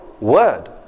Word